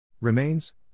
Remains